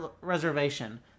reservation